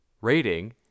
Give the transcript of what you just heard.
rating